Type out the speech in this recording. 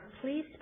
please